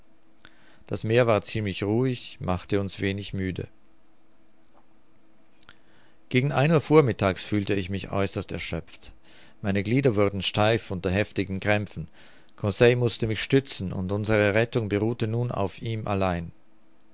das meer war ziemlich ruhig machte uns wenig müde gegen ein uhr vormittags fühlte ich mich äußerst erschöpft meine glieder wurden steif unter heftigen krämpfen conseil mußte mich stützen und unsere rettung beruhte nun auf ihm allein